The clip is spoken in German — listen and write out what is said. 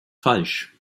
falsch